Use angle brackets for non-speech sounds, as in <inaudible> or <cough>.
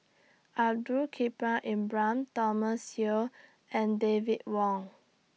Abdul <unintelligible> Thomas Yeo and David Wong